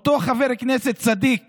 אותו חבר כנסת צדיק